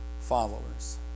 followers